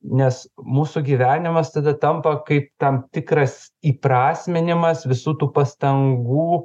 nes mūsų gyvenimas tada tampa kaip tam tikras įprasminimas visų tų pastangų